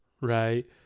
right